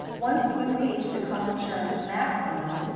once you reach the coinsurance maximum,